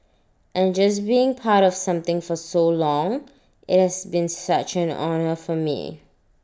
and just being part of something for so long IT has been such an honour for me